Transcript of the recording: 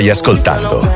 ascoltando